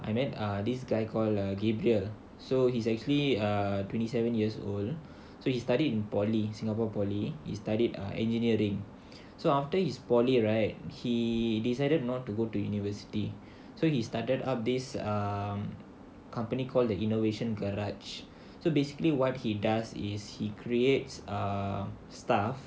I met this guy call uh gabriel so he's actually err twenty seven years old so he studied in polytechnic singapore polytechnic he studied engineering so after his polytechnic right he decided not to go to university so he started up this company called the innovation garage so basically what he does is he creates err stuff